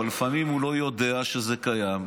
אבל לפעמים הוא לא יודע שזה קיים.